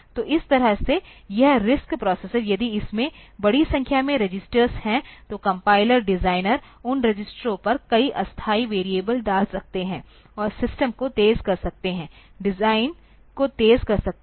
तो इस तरह से यह RISC प्रोसेसर यदि इसमें बड़ी संख्या में रजिस्टर्स हैं तो कंपाइलर डिज़ाइनर उन रजिस्टरों पर कई अस्थायी वेरिएबल डाल सकते हैं और सिस्टम को तेज़ कर सकते हैं डिज़ाइन को तेज़ कर सकते हैं